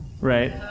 right